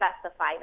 specify